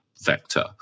vector